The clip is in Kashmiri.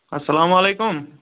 اَسَلامُ علیکُم